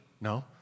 No